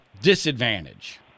disadvantage